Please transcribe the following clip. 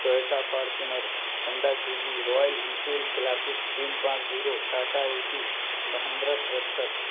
Toyota Fortuner Honda کی وی Royal Enfield Classic تین پانچ zero Tata A C Mahindra tractor